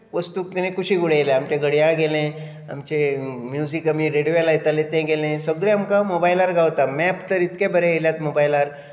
वस्तूंक ताणें कुशीक उडयला आमचें घडयाळ गेलें आमचें म्युजीक आमी रेडियो लायताले तें गेलें सगळें आमकां मोबायलार गावता मॅप तर इतलें बरें येयलां मोबायलार